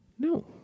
no